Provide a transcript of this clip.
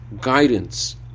guidance